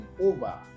over